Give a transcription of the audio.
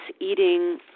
eating